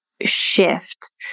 shift